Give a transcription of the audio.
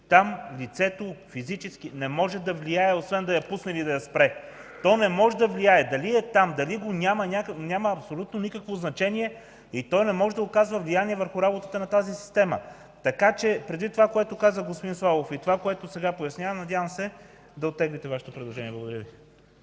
Там лицето физически не може да влияе, освен да я пусне или да я спре. То не може да влияе – дали е там, дали го няма, няма абсолютно никакво значение. Не може да оказва влияние върху работата на тази система. Предвид това, което каза господин Славов, и това, което сега пояснявам, надявам се да оттеглите Вашето предложение. Благодаря Ви.